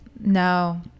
No